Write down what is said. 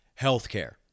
healthcare